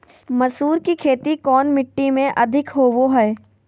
मसूर की खेती कौन मिट्टी में अधीक होबो हाय?